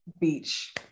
beach